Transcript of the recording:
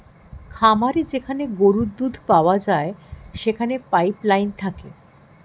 খামারে যেখানে গরুর দুধ পাওয়া যায় সেখানে পাইপ লাইন থাকে